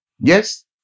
Yes